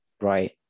right